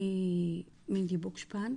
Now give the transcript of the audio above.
אני מינדי בוקשפן,